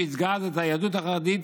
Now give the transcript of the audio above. שייצגה אז את היהדות החרדית,